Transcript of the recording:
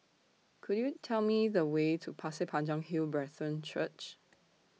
Could YOU Tell Me The Way to Pasir Panjang Hill Brethren Church